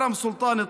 כרם סולטאן,